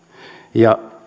ja